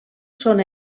són